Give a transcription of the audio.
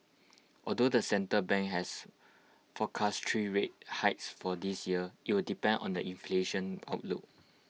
although the central bank has forecast three rate hikes for this year IT will depend on the inflation outlook